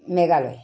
Meghalaya